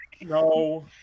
No